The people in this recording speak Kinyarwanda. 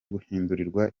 guhindurirwa